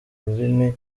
rurimi